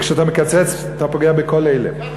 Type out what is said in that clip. וכשאתה מקצץ אתה פוגע בכל אלה,